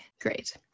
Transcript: great